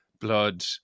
blood